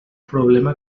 problema